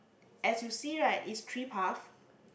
as you see right is three path